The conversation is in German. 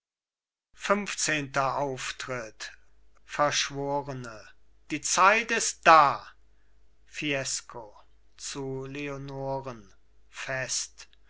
funfzehnter auftritt verschworene die zeit ist da fiesco zu leonoren fest